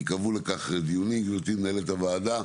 ייקבעו לך דיונים גברתי מנהלת הוועדה,